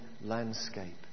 landscape